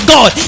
God